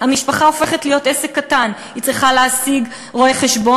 המשפחה הופכת להיות עסק קטן: היא צריכה להשיג רואה-חשבון,